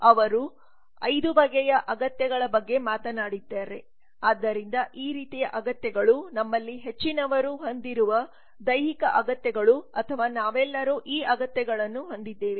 ಅವರು 5 ಬಗೆಯ ಅಗತ್ಯಗಳ ಬಗ್ಗೆ ಮಾತನಾಡಿದ್ದಾರೆ ಆದ್ದರಿಂದ ಈ ರೀತಿಯ ಅಗತ್ಯಗಳು ನಮ್ಮಲ್ಲಿ ಹೆಚ್ಚಿನವರು ಹೊಂದಿರುವ ದೈಹಿಕ ಅಗತ್ಯಗಳು ಅಥವಾ ನಾವೆಲ್ಲರೂ ಈ ಅಗತ್ಯಗಳನ್ನು ಹೊಂದಿದ್ದೇವೆ